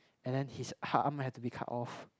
and then his arm arm might have to be cut off